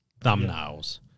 thumbnails